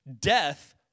death